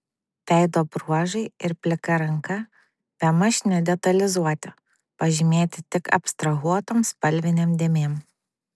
veido bruožai ir plika ranka bemaž nedetalizuoti pažymėti tik abstrahuotom spalvinėm dėmėm